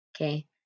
Okay